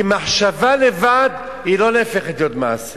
כי מחשבה לבד, היא לא נהפכת להיות מעשה,